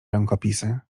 rękopisy